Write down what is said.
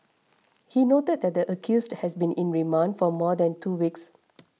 he noted that the accused has been in remand for more than two weeks